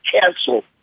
canceled